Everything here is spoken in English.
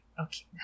okay